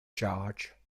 charge